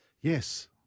Yes